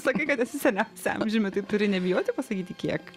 sakei kad esi seniaus amžiumi tai turi nebijoti pasakyti kiek